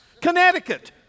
Connecticut